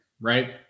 right